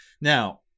Now